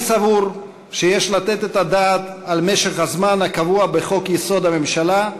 אני סבור שיש לתת את הדעת על משך הזמן הקבוע בחוק-יסוד: הממשלה,